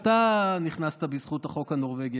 שאתה נכנסת בזכות החוק הנורבגי.